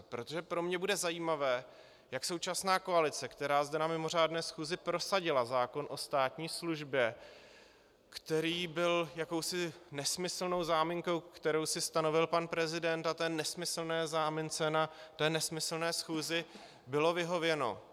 Protože pro mě bude zajímavé, jak současná koalice, která zde na mimořádné schůzi prosadila zákon o státní službě, který byl jakousi nesmyslnou záminkou, kterou si stanovil pan prezident, a té nesmyslné zámince na té nesmyslné schůzi bylo vyhověno...